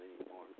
anymore